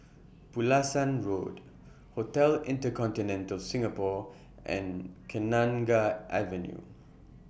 Pulasan Road Hotel InterContinental Singapore and Kenanga Avenue